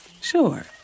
sure